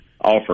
offer